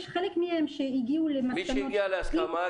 יש חלק מהם שהגיעו להסכמות --- מי שהגיע להסכמה,